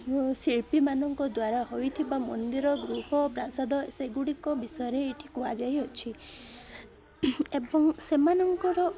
ଶିଳ୍ପୀମାନଙ୍କ ଦ୍ୱାରା ହୋଇଥିବା ମନ୍ଦିର ଗୃହ ପ୍ରାସାଦ ସେଗୁଡ଼ିକ ବିଷୟରେ ଏଠି କୁହାଯାଇଅଛି ଏବଂ ସେମାନଙ୍କର